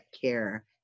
care